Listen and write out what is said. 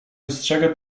wystrzega